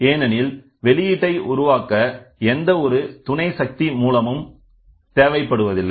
ஏனெனில் வெளியீட்டை உருவாக்க எந்த ஒரு துணை சக்தி மூலமும் தேவைப்படுவதில்லை